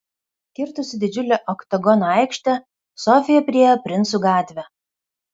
kirtusi didžiulę oktagono aikštę sofija priėjo princų gatvę